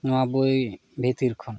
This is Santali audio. ᱱᱚᱣᱟ ᱵᱳᱭ ᱵᱷᱤᱛᱤᱨ ᱠᱷᱚᱱ